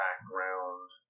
background